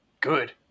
good